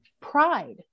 pride